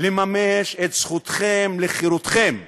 לממש את זכותכם לחירות, ובצדק.